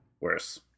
Worse